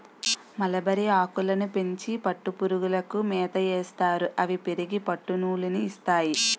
మలబరిఆకులని పెంచి పట్టుపురుగులకి మేతయేస్తారు అవి పెరిగి పట్టునూలు ని ఇస్తాయి